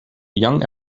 young